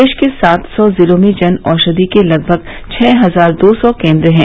देश के सात सौ जिलों में जनऔषधि के लगभग छह हजार दो सौ केन्द्र हैं